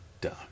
done